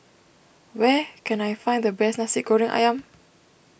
where can I find the best Nasi Goreng Ayam